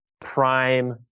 prime